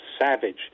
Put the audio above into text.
savage